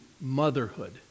motherhood